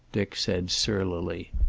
dick said surlily.